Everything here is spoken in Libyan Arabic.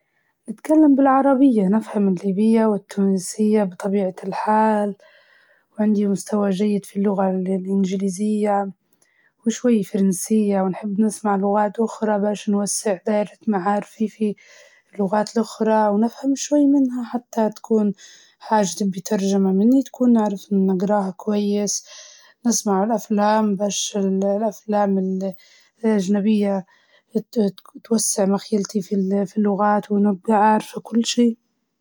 نتكلم بالعربية والإنجليزي ونجدر نتكلم بلهجات دول تانية.